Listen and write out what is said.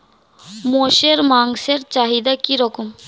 মোষের মাংসের চাহিদা কি রকম?